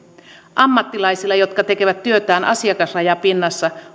ammattilaisilla jotka tekevät työtään asiakasrajapinnassa